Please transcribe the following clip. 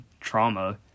trauma